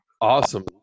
awesome